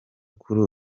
kuri